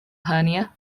hernia